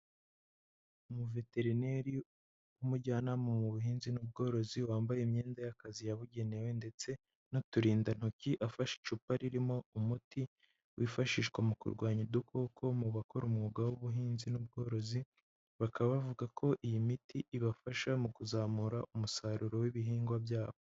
Umuveterineri w'umujyanama mu buhinzi n'ubworozi, wambaye imyenda y'akazi yabugenewe ndetse n'uturindantoki, afashe icupa ririmo umuti wifashishwa mu kurwanya udukoko mu bakora umwuga w'ubuhinzi n'ubworozi, bakaba bavuga ko iyi miti ibafasha mu kuzamura umusaruro w'ibihingwa byabo.